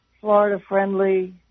Florida-friendly